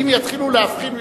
אם יתחילו להבחין ויאמרו: